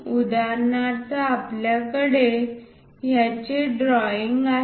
उदाहरणार्थ आपल्याकडे याचे ड्रॉईंग आहे